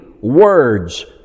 words